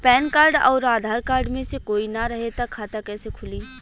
Pan card आउर Aadhaar card मे से कोई ना रहे त खाता कैसे खुली?